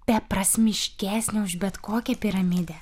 beprasmiškesnė už bet kokią piramidę